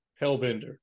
Hellbender